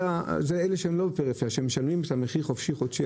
שהם אלה שלא בפריפריה שמשלמים את המחיר חודשי-חופשי